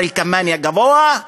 הר-אל-כמאנה הגבוה: